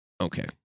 Okay